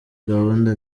gahunda